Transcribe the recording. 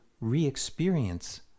re-experience